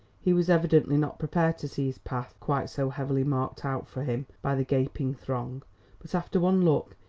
he was evidently not prepared to see his path quite so heavily marked out for him by the gaping throng but after one look,